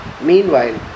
Meanwhile